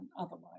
otherwise